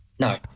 No